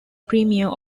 premiere